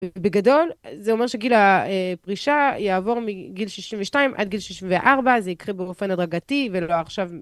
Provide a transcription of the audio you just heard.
בגדול זה אומר שגיל הפרישה יעבור מגיל 62 עד גיל 64 זה יקרה באופן הדרגתי ולא עכשיו